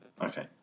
Okay